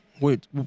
Wait